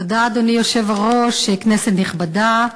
אדוני היושב-ראש, תודה, כנסת נכבדה,